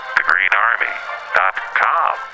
thegreenarmy.com